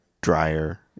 drier